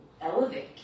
elevate